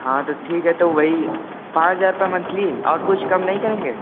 हाँ तो ठीक है तो वही पाँच हज़ार रूपये मंथली और कुछ कम नहीं करेंगे